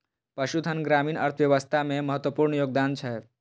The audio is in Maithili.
पशुधन ग्रामीण अर्थव्यवस्था मे महत्वपूर्ण योगदान दै छै